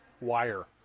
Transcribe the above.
wire